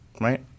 right